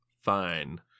Fine